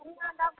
हमरा लग